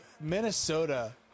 Minnesota